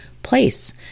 place